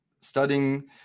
studying